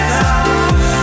now